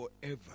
forever